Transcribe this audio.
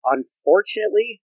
Unfortunately